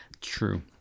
True